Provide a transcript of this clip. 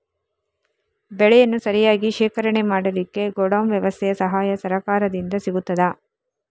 ಬೆಳೆಯನ್ನು ಸರಿಯಾಗಿ ಶೇಖರಣೆ ಮಾಡಲಿಕ್ಕೆ ಗೋಡೌನ್ ವ್ಯವಸ್ಥೆಯ ಸಹಾಯ ಸರಕಾರದಿಂದ ಸಿಗುತ್ತದಾ?